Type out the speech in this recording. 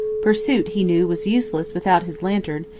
pursuit, he knew, was useless without his lantern,